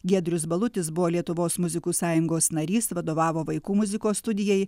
giedrius balutis buvo lietuvos muzikų sąjungos narys vadovavo vaikų muzikos studijai